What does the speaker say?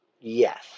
Yes